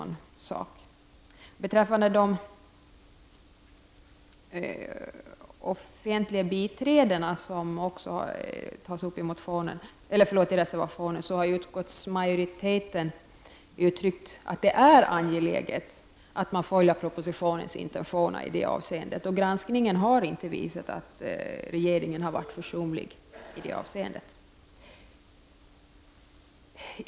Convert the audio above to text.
Beträffande offentliga biträden, som också tas upp i reservationen, har utskottsmajoriteten uttryckt att det är angeläget att man följer propositionens intentioner. Granskningen har inte visat att regeringen har varit försumlig i detta avseende.